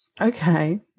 Okay